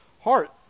heart